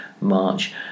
march